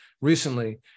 recently